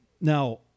now